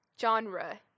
Genre